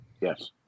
Yes